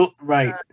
right